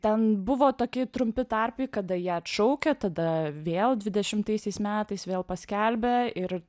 ten buvo toki trumpi tarpai kada ją atšaukia tada vėl dvidešimtaisiais metais vėl paskelbia ir